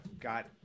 got